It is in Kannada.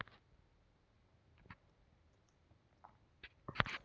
ಬಳ್ಳಿಯನ್ನ ಪೇಟಿಲು ತಯಾರಿಕೆ ಶಸ್ತ್ರ ಚಿಕಿತ್ಸೆ ಮಾಡುವಾಗ ಬಳಸ್ತಾರ